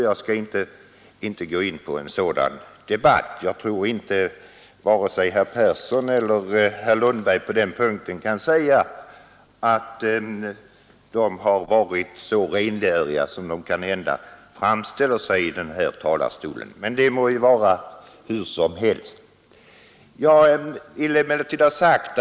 Jag tror inte att vare sig herr Persson i Stockholm eller herr Lundberg på den punkten kan säga att de har varit så renläriga som de kanske framställer sig här från talarstolen. Men det må vara hur som helst med det.